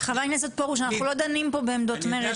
חבר הכנסת פרוש, אנחנו לא דנים פה בעמדות מרצ.